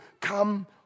Come